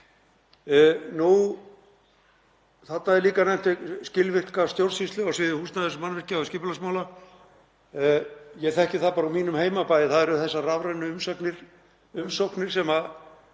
Þarna er líka nefnd skilvirk stjórnsýsla á sviði húsnæðis-, mannvirkja- og skipulagsmála. Ég þekki það bara úr mínum heimabæ, það eru þessar rafrænu umsóknir sem